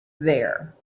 there